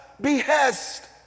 behest